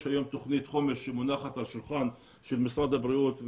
יש היום תוכנית חומש שמונחת על שולחן משרד הבריאות.